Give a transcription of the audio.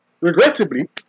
Regrettably